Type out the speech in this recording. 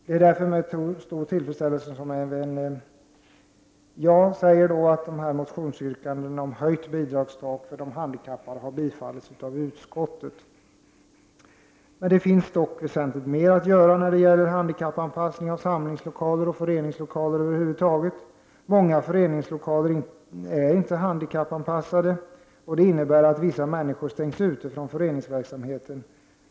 Det är därför med stor tillfredsställelse som även jag säger att motionsyrkandena om höjt bidragstak för handikappanpassning har tillstyrkts av utskottet. Det finns dock väsentligt mer att göra när det gäller handikappanpassning av samlingslokaler och föreningslokaler. Många föreningslokaler är inte handikappanpasade. Det innebär att vissa människor stängs ute från förenings verksamheten.